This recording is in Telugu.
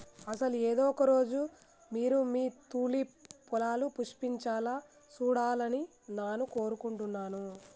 అసలు ఏదో ఒక రోజు మీరు మీ తూలిప్ పొలాలు పుష్పించాలా సూడాలని నాను కోరుకుంటున్నాను